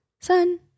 sun